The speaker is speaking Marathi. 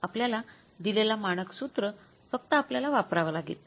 आपल्याला दिलेला मानक सूत्र फक्त आपल्याला वापरावा लागेल